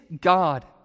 God